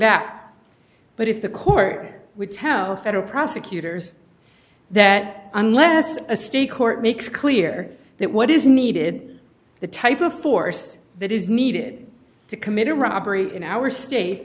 back but if the court would tell federal prosecutors that unless a state court makes clear that what is needed the type of force that is needed to commit a robbery in our state